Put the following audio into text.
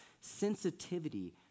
sensitivity